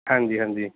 ਹਾਂਜੀ ਹਾਂਜੀ